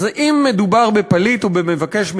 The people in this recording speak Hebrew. אז אם מדובר בפליט או במבקש מקלט,